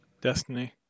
Destiny